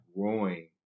growing